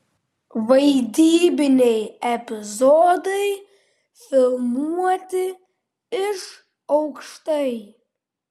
vaidybiniai epizodai filmuoti iš aukštai